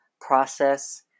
process